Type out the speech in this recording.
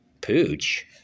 pooch